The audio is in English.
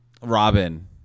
robin